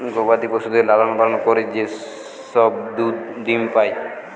গবাদি পশুদের লালন পালন করে যে সব দুধ ডিম্ পাই